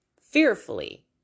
fearfully